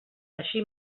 així